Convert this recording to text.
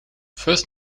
first